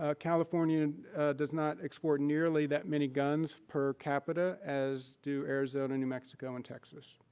ah california does not export nearly that many guns per capita as do arizona, new mexico, and texas.